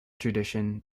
tradition